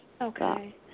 Okay